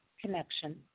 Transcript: Connection